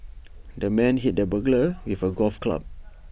the man hit the burglar with A golf club